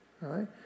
Right